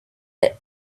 the